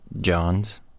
John's